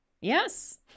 Yes